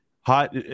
hot